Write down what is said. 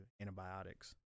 antibiotics